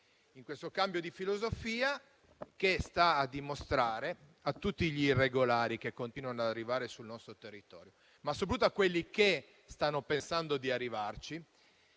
in questo cambio di filosofia teso a dimostrare a tutti gli irregolari che continuano ad arrivare sul nostro territorio, ma soprattutto a quelli che stanno pensando di arrivarci,